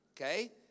okay